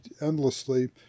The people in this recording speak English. endlessly